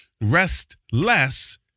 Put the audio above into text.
restless—